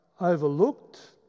overlooked